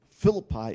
philippi